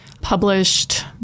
published